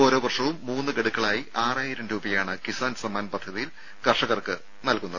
ഓരോ വർഷവും മൂന്ന് ഗഡുക്കളായി ആറായിരം രൂപയാണ് കിസാൻ സമ്മാൻ പദ്ധതിയിൽ കർഷകർക്ക് നൽകുന്നത്